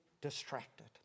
distracted